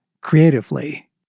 creatively